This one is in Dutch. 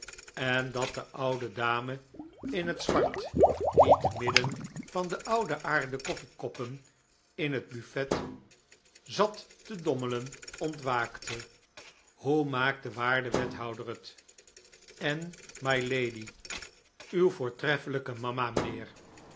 en dat de oude dame in het zwart die te midden van de oude aarden koffiekoppen in het buffet zat te dommelen ontwaakte hoe maakt de waarde wethouder het en mylady uw voortreffelijke mama